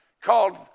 called